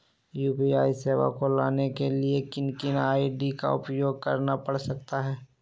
UPI सेवाएं को लाने के लिए किन किन आई.डी का उपयोग करना पड़ सकता है?